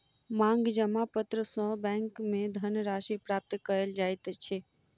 मांग जमा पत्र सॅ बैंक में धन राशि प्राप्त कयल जाइत अछि